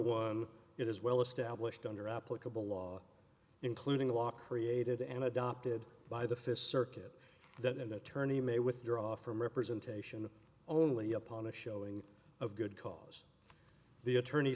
one it is well established under applicable law including a law created and adopted by the fifth circuit that an attorney may withdraw from representation only upon a showing of good cause the attorney